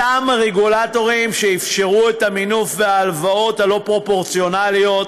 אותם הרגולטורים שאפשרו את המינוף וההלוואות הלא-פרופורציונליות,